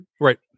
Right